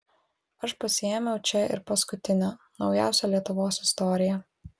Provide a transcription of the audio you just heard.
aš pasiėmiau čia ir paskutinę naujausią lietuvos istoriją